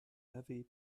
heavy